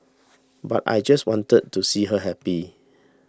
but I just wanted to see her happy